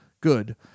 good